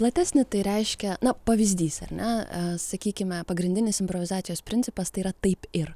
platesnį tai reiškia na pavyzdys ar ne sakykime pagrindinis improvizacijos principas tai yra taip ir